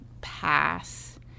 pass